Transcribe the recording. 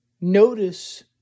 notice